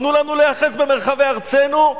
תנו לנו להיאחז במרחבי ארצנו,